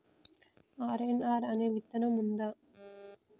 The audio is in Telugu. ఆర్.ఎన్.ఆర్ అనే విత్తనం ఉందా?